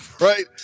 right